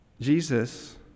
Jesus